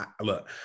look